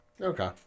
Okay